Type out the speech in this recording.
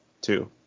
two